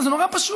זה נורא פשוט,